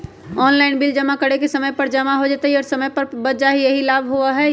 Online bill जमा करे से समय पर जमा हो जतई और समय भी बच जाहई यही लाभ होहई?